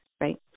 right